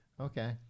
okay